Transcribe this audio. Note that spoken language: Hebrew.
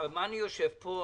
על מה אני יושב פה?